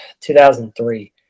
2003